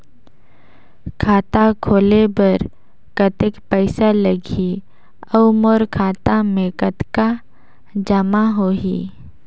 खाता खोले बर कतेक पइसा लगही? अउ मोर खाता मे कतका जमा होही?